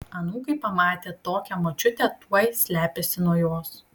anūkai pamatę tokią močiutę tuoj slepiasi nuo jos